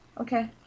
okay